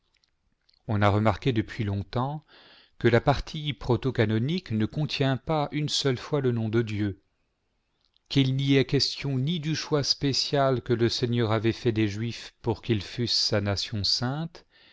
on a remarqué depuis longtemps que la partie protocanonique ne contient pas une seule fois le nom de dieu qu'il n'y est question ni du choix spécial que le seigneur avait fait des juifs pour qu'ils fussent sa nation sainte